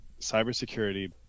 cybersecurity